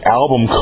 album